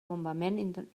bombament